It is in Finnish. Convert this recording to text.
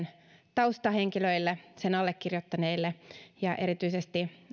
taustahenkilöille sen allekirjoittaneille ja erityisesti